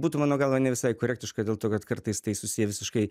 būtų mano galva ne visai korektiška dėl to kad kartais tai susiję visiškai